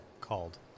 called